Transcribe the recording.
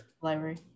Library